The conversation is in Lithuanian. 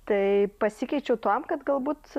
taip pasikeičiau tuom kad galbūt